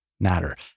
matter